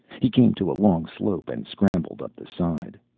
he came to a long slope and scrambled up the side.